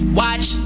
watch